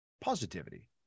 positivity